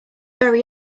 very